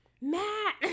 Matt